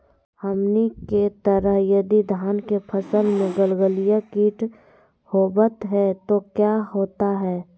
हमनी के तरह यदि धान के फसल में गलगलिया किट होबत है तो क्या होता ह?